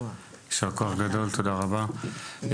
יישר כוח גדול, תודה רבה.